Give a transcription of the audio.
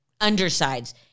Undersides